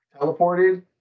teleported